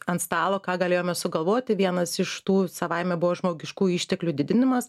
ant stalo ką galėjome sugalvoti vienas iš tų savaime buvo žmogiškųjų išteklių didinimas